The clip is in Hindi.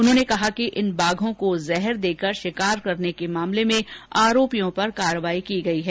उन्होंने कहा कि इन बाघों को जहर देकर शिकार करने के मामले में आरोपियों पर कार्रवाई की गई है